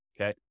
okay